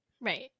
Right